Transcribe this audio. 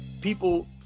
People